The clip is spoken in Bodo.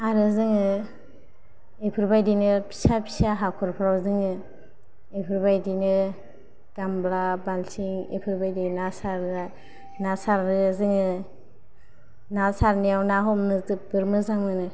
आरो जोंङो इफोरबायदिनो फिसा फिसा हाखर फ्राव जोंङो इफोरबायदिनो गामला बालथिं बिदिनो इफोरबायदि ना सारो जोंङो ना सारनायाव ना हमनो जोबोर मोजां मोनो